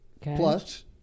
Plus